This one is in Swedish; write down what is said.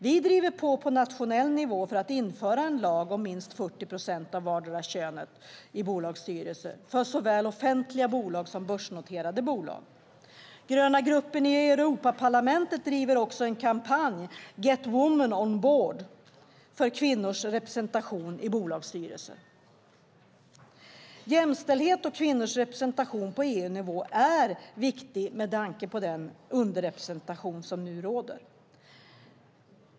Vi driver på nationell nivå på för att införa en lag om minst 40 procent av vartdera könet i bolagsstyrelser för såväl offentliga bolag som börsnoterade bolag. Gröna gruppen i Europaparlamentet driver också en kampanj, Get women on board, för kvinnors representation i bolagsstyrelser. Jämställdhet och kvinnors representation på EU-nivå är viktig med tanke på den underrepresentation som råder.